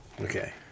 Okay